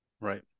Right